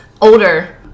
older